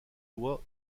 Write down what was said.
loi